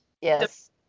Yes